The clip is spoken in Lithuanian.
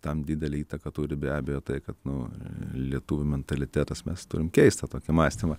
tam didelę įtaką turi be abejo tai kad nu lietuvių mentalitetas mes turim keistą tokį mąstymą